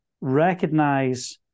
recognize